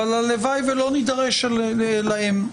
אבל הלוואי ולא נידרש להם,